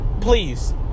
please